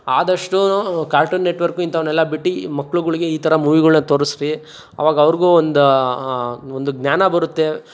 ಆದಷ್ಟೂ Cartoon Network ಇಂಥವನೆಲ್ಲ ಬಿಟ್ಟು ಮಕ್ಳುಗಳ್ಗೆ ಈ ಥರ ಮೂವಿಗಳ್ನ ತೋರಿಸಿರಿ ಅವಾಗ ಅವ್ರಿಗೂ ಒಂದು ಒಂದು ಜ್ಞಾನ ಬರುತ್ತೆ